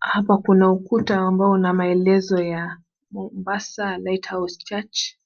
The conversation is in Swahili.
Hapa Kuna ukuta ambo una maelezo ya Mombasa Light House Church,